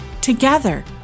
Together